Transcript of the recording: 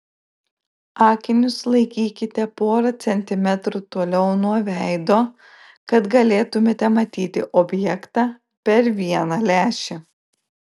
akinius laikykite porą centimetrų toliau nuo veido kad galėtumėte matyti objektą per vieną lęšį